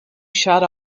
shot